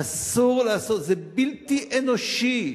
אסור לעשות, זה בלתי אנושי,